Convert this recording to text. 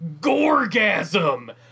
GORGASM